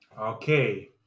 Okay